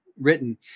written